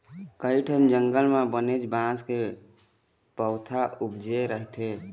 कइठन जंगल म बनेच बांस के पउथा उपजे रहिथे